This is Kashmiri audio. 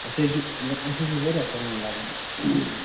اَسہِ حظ چھِ اَسہِ حظ چھِ واریاہ بانہٕ لگان